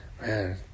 man